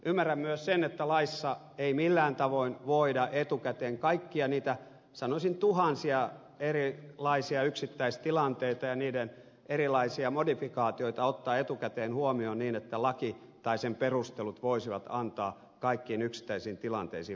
ymmärrän myös sen että laissa ei millään tavoin voida etukäteen ottaa huomioon kaikkia niitä sanoisin tuhansia erilaisia yksittäistilanteita ja niiden erilaisia modifikaatioita niin että laki tai sen perustelut voisivat antaa vastauksia kaikkiin yksittäisiin tilanteisiin